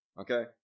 Okay